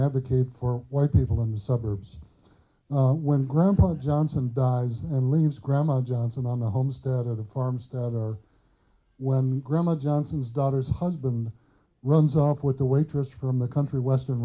advocate for white people in the suburbs when grandpa johnson dies and leaves grandma johnson on the homestead or the farms that are when grandma johnson's daughter's husband runs off with a waitress from the country western